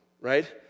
right